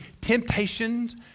Temptations